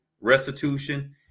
restitution